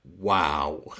wow